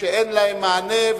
שאין להם מענה,